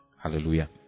Hallelujah